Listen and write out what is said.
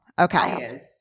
Okay